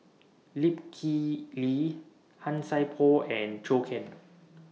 Lip Kip Lee Han Sai Por and Zhou Can